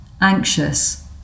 anxious